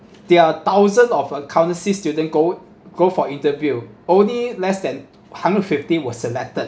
there are thousand of accountancy student go go for interview only less than hundred fifty was selected